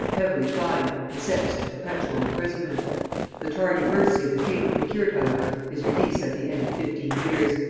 heavily fined, and sentenced to perpetual imprisonment the tardy mercy of the king procured however his release at the end of fifteen years,